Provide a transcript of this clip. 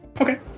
Okay